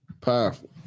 Powerful